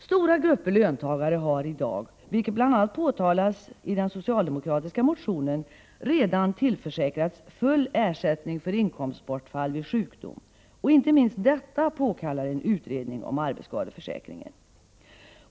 Stora grupper löntagare har i dag, vilket bl.a. påtalas i den socialdemokratiska motionen, redan tillförsäkrats full ersättning för inkomstbortfall vid sjukdom, och inte minst detta påkallar en utredning om arbetsskadeförsäkringen.